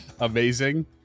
Amazing